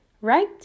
right